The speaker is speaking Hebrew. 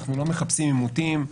אנחנו לא מחפשים עימותים.